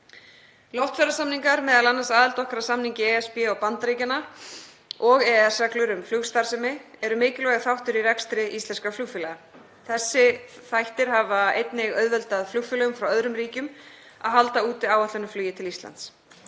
Loftferðasamningar, m.a. aðild okkar að samningi ESB og Bandaríkjanna og EES-reglur um flugstarfsemi, eru mikilvægur þáttur í rekstri íslenskra flugfélaga. Þessir þættir hafa einnig auðveldað flugfélögum frá öðrum ríkjum að halda úti áætlunarflugi til Íslands.